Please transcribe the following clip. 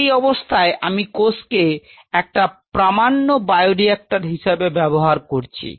সেই অবস্থায় আমি কোষকে একটা প্রামান্য বায়োরিয়াকটর হিসেবে ব্যবহার করছি